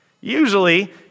Usually